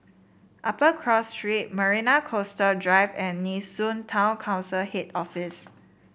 Upper Cross Street Marina Coastal Drive and Nee Soon Town Council Head Office